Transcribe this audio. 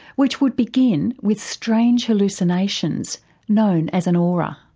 which would begin with strange hallucinations known as an aura.